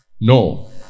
No